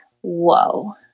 whoa